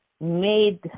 made